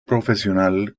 profesional